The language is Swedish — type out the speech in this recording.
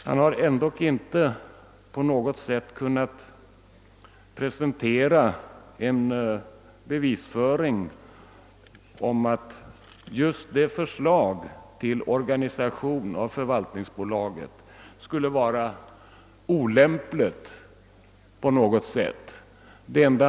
Herr Ohlin har inte på något sätt kunnat prestera en bevisföring om att just det föreliggande förslaget till organisation av förvaltningsbolaget skulle vara olämpligt i något avseende.